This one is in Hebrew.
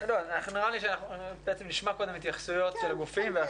נשמע קודם התייחסויות של גופים.